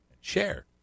Share